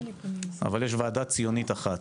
אבל יש ועדה ציונית אחת,